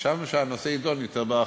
ושם הנושא יידון יותר בהרחבה.